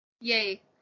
Yay